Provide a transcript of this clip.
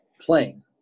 Playing